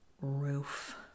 roof